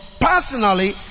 personally